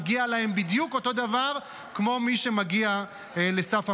מגיע להם בדיוק אותו הדבר כמו למי שמגיע לסף המס.